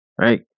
Right